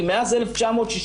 כי מאז 1967,